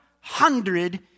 hundred